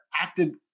acted